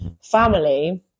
family